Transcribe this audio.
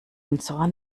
unserer